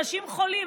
אנשים חולים,